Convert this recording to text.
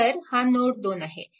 खरेतर हा नोड 2 आहे